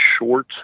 short